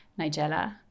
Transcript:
Nigella